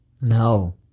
no